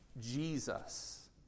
Jesus